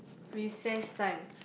recess time